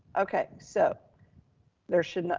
okay, so there should not.